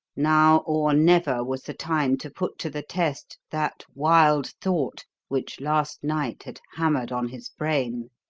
now or never was the time to put to the test that wild thought which last night had hammered on his brain,